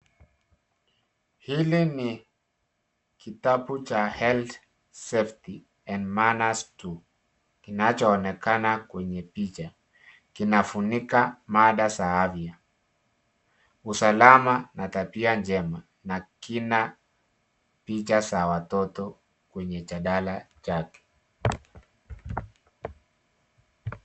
Hili ni kitabu cha health safety and manner 2 kinachoonekana kwenye picha kinafunika mada za afya, usalama na tabia njema na kina picha za watoto kwenye chandala chake.